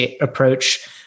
approach